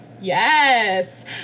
Yes